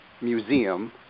Museum